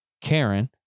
Karen